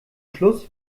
schluss